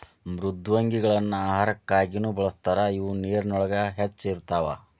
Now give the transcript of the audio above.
ಮೃದ್ವಂಗಿಗಳನ್ನ ಆಹಾರಕ್ಕಾಗಿನು ಬಳಸ್ತಾರ ಇವ ನೇರಿನೊಳಗ ಹೆಚ್ಚ ಇರತಾವ